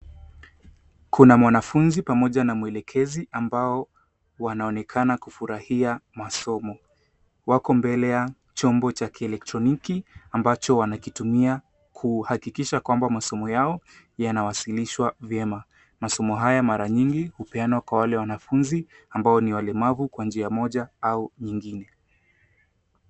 Kuna mwanafunzi pamoja na mwelekezi ambao wanaonekana kufurahia masomo. Wako mbele ya chombo cha kielektroniki ambacho wanakitumia kuhakikisha kwamba masomo yao yanawasilishwa vyema. Masomo haya mara nyingi hupeanwa kwa wale wanafunzi ambao ni walemavu kwa njia moja au nyingine.